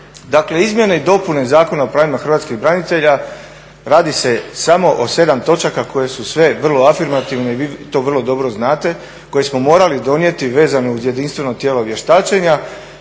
Dakle Izmjene i dopune Zakona o pravima hrvatskih branitelja, radi se samo o 7. točaka koje su sve vrlo afirmativne i vi to vrlo dobro znate koje smo morali donijeti vezano uz jedinstveno tijelo vještačenja.